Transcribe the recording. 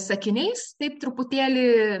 sakiniais taip truputėlį